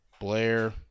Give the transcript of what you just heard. Blair